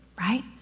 right